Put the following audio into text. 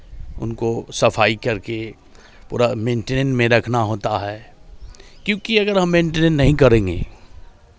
उनको सफ़ाई करके पूरा मैंने टेन में रखना होता है क्योंकि अगर हम मैंटेन नहीं करेंगे